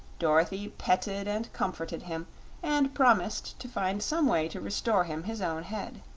dorothy petted and comforted him and promised to find some way to restore him his own head.